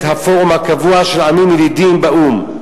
הפורום הקבוע של עמים ילידיים באו"ם.